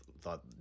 thought